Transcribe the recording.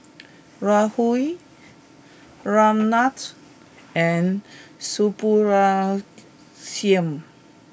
Rahul Ramnath and Subbulakshmi